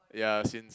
ya since